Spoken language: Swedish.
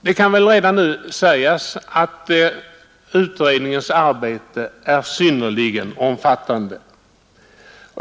Det kan väl redan nu sägas att utredningens arbete är synnerligen omfattande.